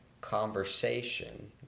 conversation